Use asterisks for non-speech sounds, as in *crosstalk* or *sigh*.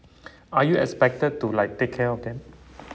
*breath* are you expected to like take care of them